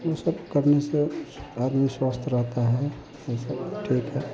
वह सब करने से आदमी स्वस्थ रहता है यह सब ठीक है